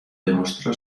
demostró